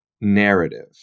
narrative